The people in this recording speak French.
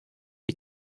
des